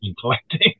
collecting